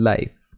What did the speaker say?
Life